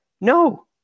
No